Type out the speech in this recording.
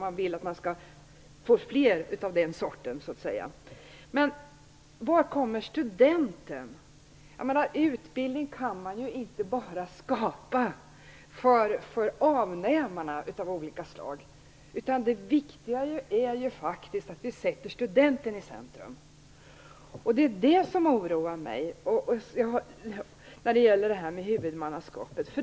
Men var kommer studenten in? Utbildning kan man ju inte bara skapa för avnämarna av olika slag. Det viktiga är att vi sätter studenten i centrum. Det är det som oroar mig när det gäller huvudmannaskapet.